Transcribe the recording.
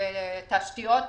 בתשתיות לחקלאות,